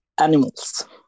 animals